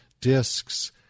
discs